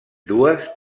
dues